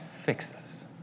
fixes